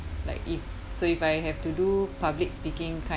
like if so if I have to do public speaking kind